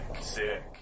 sick